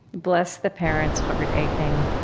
bless the parents, hearts aching.